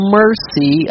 mercy